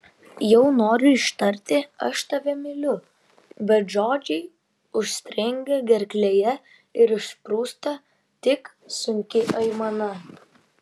jau noriu ištarti aš tave myliu bet žodžiai užstringa gerklėje ir išsprūsta tik sunki aimana